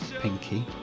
Pinky